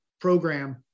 program